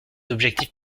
objectif